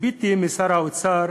ציפיתי משר האוצר